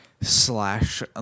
slash